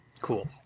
Cool